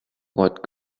what